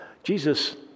Jesus